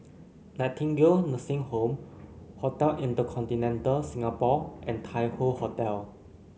Nightingale Nursing Home Hotel InterContinental Singapore and Tai Hoe Hotel